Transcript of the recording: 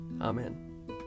Amen